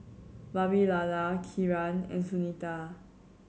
Vavilala Kiran and Sunita